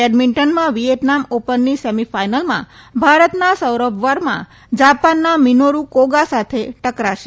બેડમિન્ટનમાં Vietnam ઓપનની semi ફાઈનલમાં ભારતના સૌરભ વર્મા જાપાનના મિનોરૂ કોગા સાથે ટકરાશે